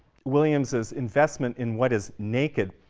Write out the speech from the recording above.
williams's investment in what is naked.